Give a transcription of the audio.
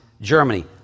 Germany